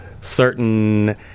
certain